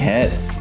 Heads